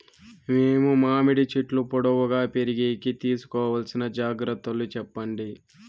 మేము మామిడి చెట్లు పొడువుగా పెరిగేకి తీసుకోవాల్సిన జాగ్రత్త లు చెప్పండి?